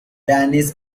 danish